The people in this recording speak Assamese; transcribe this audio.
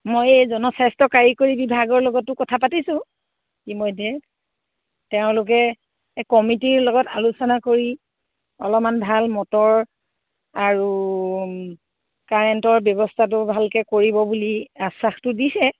মই এই জনস্বাস্থ্য কাৰিকৰী বিভাগৰ লগতো কথা পাতিছোঁ ইতিমধ্যে তেওঁলোকে কমিটিৰ লগত আলোচনা কৰি অলপমান ভাল মটৰ আৰু কাৰেণ্টৰ ব্যৱস্থাটো ভালকে কৰিব বুলি আশ্বাসটো দিছে